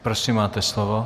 Prosím, máte slovo.